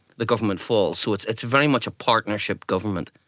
the government falls. so it's it's very much a partnership government.